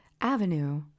avenue